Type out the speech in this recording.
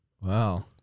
Wow